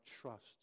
trust